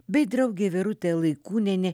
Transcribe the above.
bei draugė birutė laikūnienė